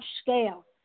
scale